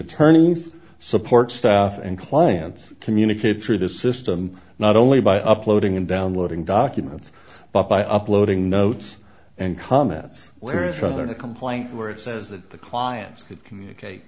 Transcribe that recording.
attorneys support staff and clients communicate through the system not only by uploading and downloading documents but by uploading notes and comments where is rather in a complaint where it says that the clients could communicate